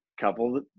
couple